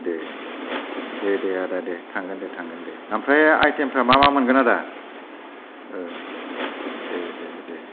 दे दे दे आदा दे थांगोन दे थांगोन दे ओमफ्राय आइथेमफ्रा मा मा मोनगोन आदा दे दे